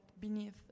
beneath